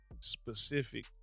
specific